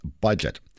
budget